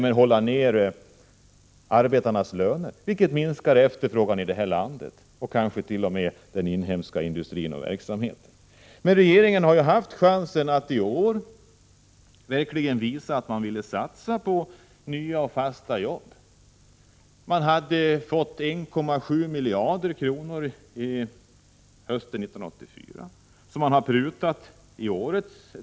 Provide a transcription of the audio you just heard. Man håller nere arbetarnas löner, vilket minskar efterfrågan inom landet och örsämrar för den inhemska industrin. Regeringen har haft chans att i år verkligen visa att den ville satsa på nya och fasta jobb. Anslaget var 1,7 miljarder kronor under hösten 1984, men det har man prutat ned.